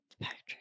Patrick